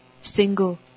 Single